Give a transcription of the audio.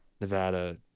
Nevada